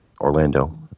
orlando